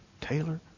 Taylor